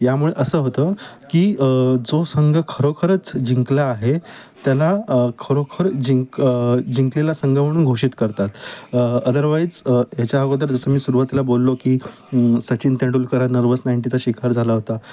यामुळे असं होतं की जो संघ खरोखरच जिंकला आहे त्याला खरोखर जिंक जिंकलेला संघ म्हणून घोषित करतात अदरवाईज ह्याच्या अगोदर जसं मी सुरुवातीला बोललो की सचिन तेंडुलकर हा नर्वस नाईंटीचा शिकार झाला होता